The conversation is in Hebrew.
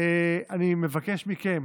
אני מבקש מכם,